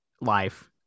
life